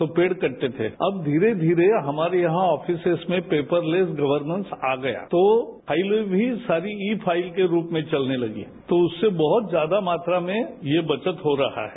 तो पेड़ कटते थे अब धीरे धीरे हमारे यहां आकिर्त्स में पेपरलेस गर्वमेंस आ गया तो फाइलें भी सारी ई फाइल के रूप में चलने लगी तो उससे बहुत ज्यादा मात्रा में ये बचत हो रहा है